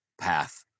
path